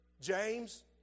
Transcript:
James